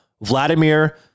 Vladimir